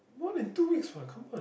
more than two weeks what come on